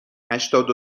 هشتاد